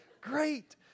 great